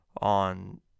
on